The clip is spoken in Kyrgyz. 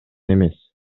эмес